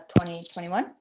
2021